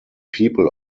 people